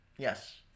Yes